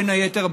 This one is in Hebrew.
בין היתר,